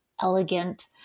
elegant